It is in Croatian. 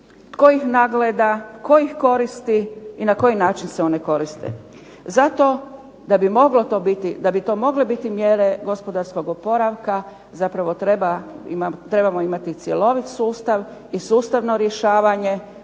Tko ih nadgleda? Tko ih koristi? I na koji način se one koriste? Zato da bi to mogle biti mjere gospodarskog oporavka, zapravo trebamo imati cjelovit sustav i sustavno rješavanje